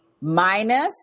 minus